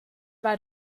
war